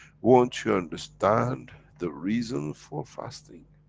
once you understand the reason for fasting,